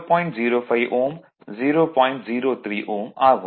03 Ω ஆகும்